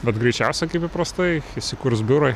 bet greičiausia kaip įprastai įsikurs biurai